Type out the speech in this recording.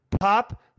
pop